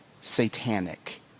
satanic